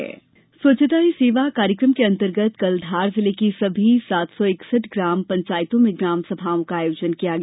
स्वच्छता धार स्वच्छता ही सेवा कार्यक्रम के अंतर्गत कल धार जिले की सभी सात सौ इकसठ ग्राम पंचायतों में ग्रम सभाओं का आयोजन किया गया